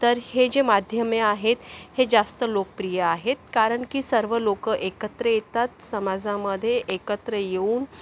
तर हे जे माध्यमे आहेत हे जास्त लोकप्रिय आहेत कारण की सर्व लोक एकत्र येतात समाजामध्ये एकत्र येऊन